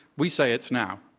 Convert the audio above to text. we say it's now.